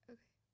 Okay